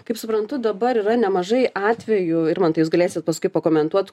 kaip suprantu dabar yra nemažai atvejų irmantai jūs galėsit paskui pakomentuot